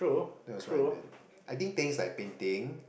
that was what I mean I think things like painting